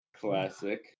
Classic